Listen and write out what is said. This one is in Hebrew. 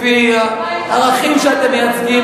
לפי הערכים שאתם מייצגים,